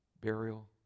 burial